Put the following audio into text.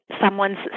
someone's